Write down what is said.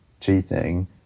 cheating